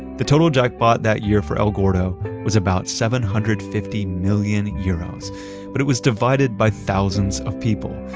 the total jackpot that year for el gordo was about seven hundred fifty million euros but it was divided by thousands of people.